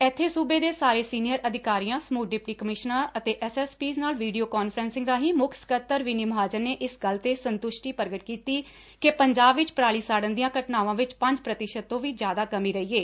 ਇੱਬੇ ਸੂਬੇ ਦੇ ਸਾਰੇ ਸੀਨੀਅਰ ਅਧਿਕਾਰੀਆਂ ਸਮੁਹ ਡਿਪਟੀ ਕਮਿਸ਼ਨਰਾਂ ਅਤੇ ਐਸ ਐਸ ਪੀਜ ਨਾਲ ਵੀਡੀਓ ਕਾਨਫਰਸਿੰਗ ਰਾਹੀਂ ਮੁੱਖ ਸਕੱਤਰ ਵਿਨੀ ਮਹਾਜਨ ਨੇ ਇਸ ਗੱਲ ਤੇ ਸੰਤੁਸ਼ਟੀ ਪ੍ਰਗਟ ਕੀਤੀ ਕਿ ਪੰਜਾਬ ਵਿਚ ਪਰਾਲੀ ਸਾੜਨ ਦੀਆਂ ਘਟਨਾਵਾਂ ਵਿਚ ਪੰਜ ਪ੍ਤੀਸ਼ਤ ਤੋਂ ਵੀ ਜਿਆਦਾ ਕਮੀ ਰਹੀ ਏ